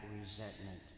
resentment